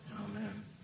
amen